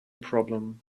problem